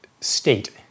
state